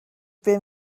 been